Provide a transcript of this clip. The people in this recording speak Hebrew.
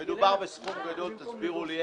אנחנו דאגנו לזה.